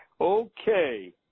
okay